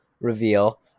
reveal